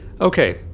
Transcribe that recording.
okay